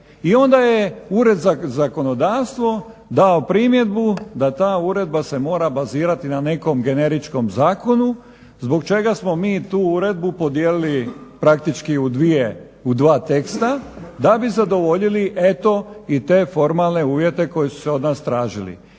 I onda je Ured za zakonodavstvo dao primjedbu da ta uredba se mora bazirati na nekom generičkom zakonu zbog čega smo mi tu uredbu podijelili praktički u dva teksta da bi zadovoljili eto i te formalne uvjete koji su se od nas tražili.